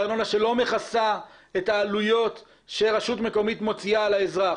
היא ארנונה שלא מכסה את העלויות שרשות מקומית מוציאה על האזרח.